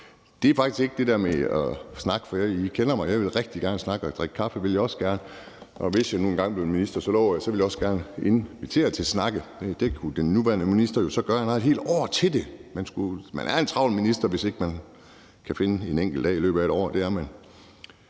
Det går faktisk ikke på det der med at tage en snak, for I kender mig: Jeg vil rigtig gerne snakke, og drikke kaffe vil jeg også gerne, og jeg lover, at hvis jeg nu engang blev minister, ville jeg også gerne invitere til snakke. Det kunne den nuværende minister jo så gøre. Han har et helt år til det. Man er en travl minister, hvis ikke man kan finde en enkelt dag i løbet af et år